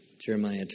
Jeremiah